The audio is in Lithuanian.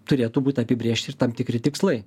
turėtų būt apibrėžti ir tam tikri tikslai